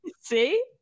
See